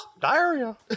diarrhea